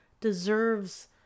deserves